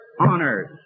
honors